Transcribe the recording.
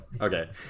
Okay